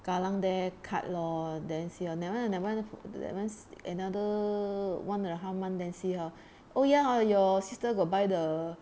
kallang there cut lor then see how never mind never mind that [one] see another [one] and a half month then see how oh ya hor your sister got buy the